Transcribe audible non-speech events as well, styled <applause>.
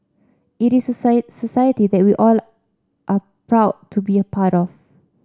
it is <unintelligible> society that we all are proud to be a part of